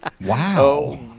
Wow